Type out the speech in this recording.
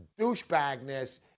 douchebagness